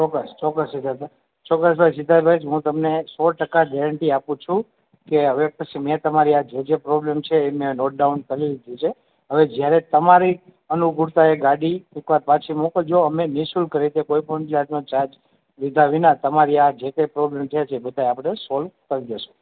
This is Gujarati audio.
ચોક્કસ ચોક્કસ સિદ્ધાર્થભાઈ ચોક્કસ ભાઇ સિદ્ધાર્થભાઇ હું તમને સો ટકા ગેરંટી આપું છુ કે હવે પછી મેં તમારી આ જે જે પ્રોબ્લમ છે એ મેં નોટડાઉન કરી લીધી છે હવે જયારે તમારી અનૂકુળતાએ ગાડી એકવાર પાછી મોકલજો અમે નિઃશુલ્ક રીતે કોઇ પણ જાતનો ચાર્જ લીધા વિના તમારી આ જે તે પ્રોબ્લમ થયા છે એ બધાય આપણે સોલ્વ કરી દઇશું